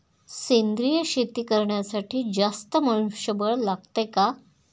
सेंद्रिय शेती करण्यासाठी जास्त मनुष्यबळ लागते का?